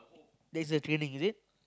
there's a training is it